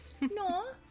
No